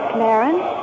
Clarence